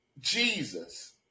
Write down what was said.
Jesus